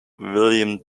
william